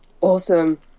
Awesome